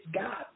God